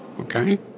okay